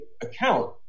account